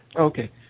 Okay